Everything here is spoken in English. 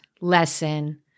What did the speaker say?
lesson